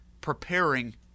preparing